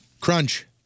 Crunch